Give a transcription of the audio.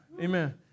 Amen